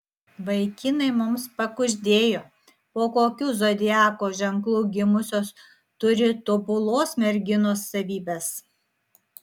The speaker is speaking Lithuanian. vaikinai mums pakuždėjo po kokiu zodiako ženklu gimusios turi tobulos merginos savybes